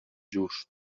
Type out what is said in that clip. just